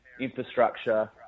infrastructure